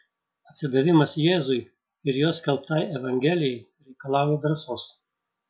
atsidavimas jėzui ir jo skelbtai evangelijai reikalauja drąsos